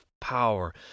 power